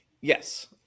Yes